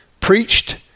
preached